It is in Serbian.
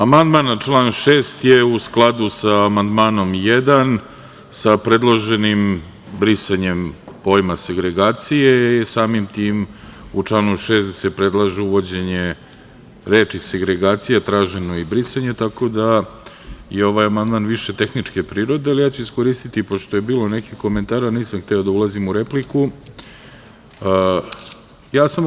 Amandman na član 6. je u skladu sa amandmanom 1, sa predloženim brisanjem pojma segregacije i samim tim u članu 6. se predlaže uvođenje reči: „segragacija“, traženo je i brisanje, tako da je ovaj amandman više tehničke prirode, ali ja ću iskoristiti, pošto je bilo nekih komentara, nisam hteo da ulazim u repliku, da kažem par reči.